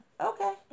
Okay